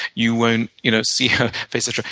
you won't you know see her, etc.